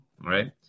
right